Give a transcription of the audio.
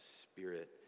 spirit